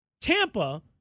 Tampa